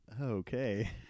Okay